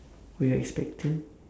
were you expecting